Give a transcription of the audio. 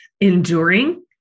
enduring